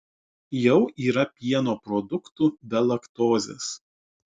jau yra pieno produktų be laktozes